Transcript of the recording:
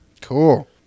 Cool